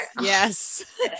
Yes